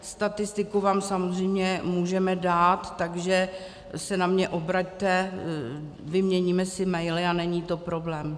Statistiku vám samozřejmě můžeme dát, takže se na mě obraťte, vyměníme si maily, není to problém.